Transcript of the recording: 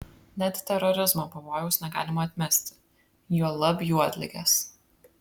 net terorizmo pavojaus negalima atmesti juolab juodligės